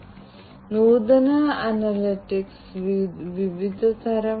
അതിനാൽ ഈ മുഴുവൻ പാക്കേജിംഗും പുതിയതാണ്